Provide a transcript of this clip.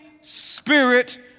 spirit